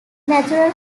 natural